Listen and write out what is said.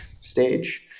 stage